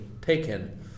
taken